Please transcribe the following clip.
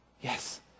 yes